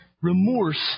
Remorse